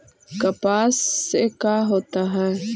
कपास से का होता है?